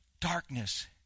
darkness